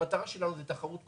שהמטרה שלנו היא תחרות.